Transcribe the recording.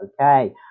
okay